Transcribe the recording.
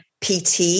PT